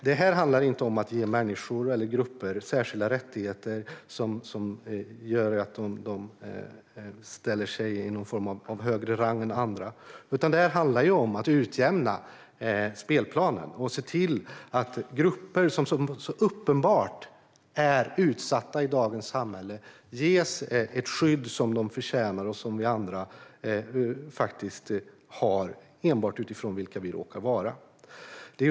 Det handlar inte om att ge människor eller grupper särskilda rättigheter som gör att de ställer sig i någon form av högre rang än andra, utan det handlar om att utjämna spelplanen och se till att grupper som så uppenbart är utsatta i dagens samhälle ges ett skydd som de förtjänar och som vi andra faktiskt har enbart utifrån vilka vi råkar vara.